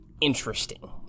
interesting